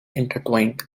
intertwined